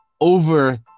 over